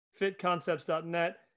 fitconcepts.net